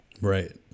Right